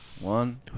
one